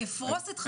אני אפרוש את חסותי.